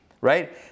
right